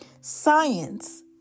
Science